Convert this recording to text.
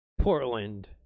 Portland